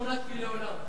שמונת פלאי עולם.